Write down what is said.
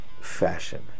fashion